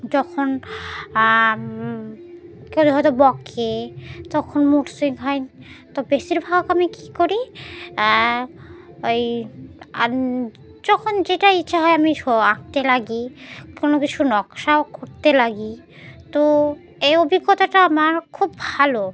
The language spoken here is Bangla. যখন কেউ যদি হয়তো বকে তখন মুড সুইং হয় তো বেশিরভাগ আমি কী করি ওই আন যখন যেটা ইচ্ছা হয় আমি সো আঁকতে লাগি কোনো কিছু নকশাও করতে লাগি তো এই অভিজ্ঞতাটা আমার খুব ভালো